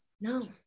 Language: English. no